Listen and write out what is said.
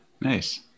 Nice